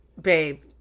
babe